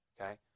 Okay